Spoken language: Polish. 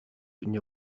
nie